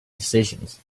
decisions